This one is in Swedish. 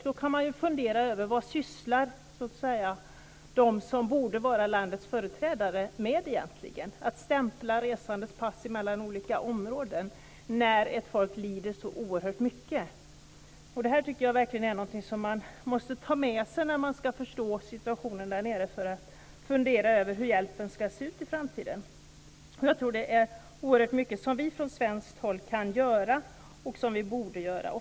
Då kan man fundera över vad de som borde vara landets företrädare egentligen sysslar med - att stämpla resandes pass mellan olika områden när ett folk lider så oerhört mycket! Detta tycker jag verkligen är något som man måste ta med sig om man ska förstå situationen där nere. Man måste fundera över hur hjälpen ska se ut i framtiden. Jag tror att det finns oerhört mycket som vi från svenskt håll kan göra och borde göra.